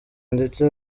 ndetse